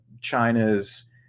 China's